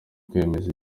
kwemeza